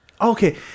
okay